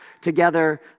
together